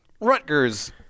Rutgers